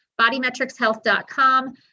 bodymetricshealth.com